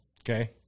Okay